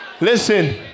Listen